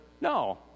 No